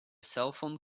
cellphone